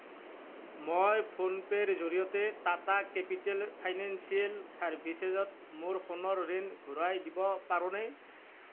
মই ফোনপে'ৰ জৰিয়তে টাটা কেপিটেল ফাইনেন্সিয়েল ছাৰ্ভিচেছত মোৰ সোণৰ ঋণ ঘূৰাই দিব পাৰোঁনে